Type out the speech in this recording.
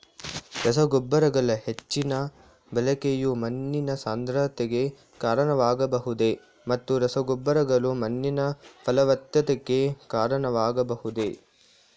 ರಸಗೊಬ್ಬರಗಳ ಹೆಚ್ಚಿನ ಬಳಕೆಯು ಮಣ್ಣಿನ ಸಾಂದ್ರತೆಗೆ ಕಾರಣವಾಗಬಹುದೇ ಮತ್ತು ರಸಗೊಬ್ಬರಗಳು ಮಣ್ಣಿನ ಫಲವತ್ತತೆಗೆ ಕಾರಣವಾಗಬಹುದೇ?